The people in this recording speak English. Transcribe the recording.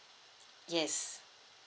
yes